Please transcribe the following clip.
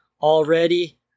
already